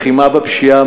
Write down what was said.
לחימה בפשיעה,